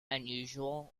unusual